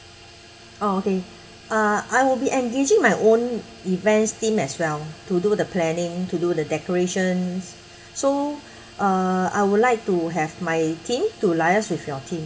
oh okay uh I will be engaging my own events team as well to do the planning to do the decorations so uh I would like to have my team to liaise with your team